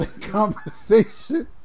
Conversation